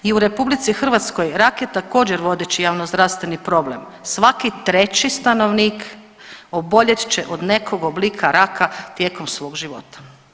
I u RH rak je također vodeći javnozdravstveni problem, svaki treći stanovnik oboljet će od nekog oblika raka tijekom svog života.